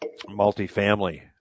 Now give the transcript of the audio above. multifamily